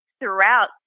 throughout